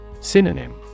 Synonym